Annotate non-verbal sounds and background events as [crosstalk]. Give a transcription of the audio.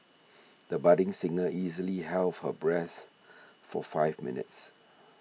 the budding singer easily held her breath [noise] for five minutes